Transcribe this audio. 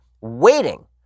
waiting